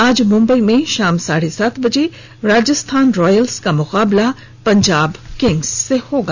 आज मुम्बंई में शाम साढ़े सात बजे राजस्थान रॉयल का सामना पंजाब किंग्स से होगा